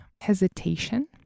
hesitation